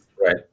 Right